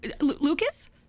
Lucas